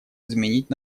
изменить